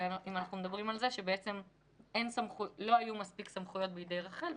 אנחנו מדברים על זה שלא היו מספיק סמכויות בידי רח"ל.